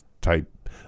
type